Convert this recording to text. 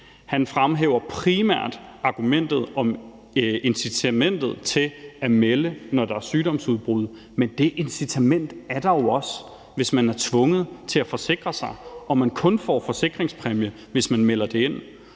han fremhæver primært argumentet om incitamentet til at melde det, når der er et sygdomsudbrud. Men det incitament er der jo også, hvis man er tvunget til at forsikre sig, og man kun får en forsikringspræmie, hvis man melder det ind,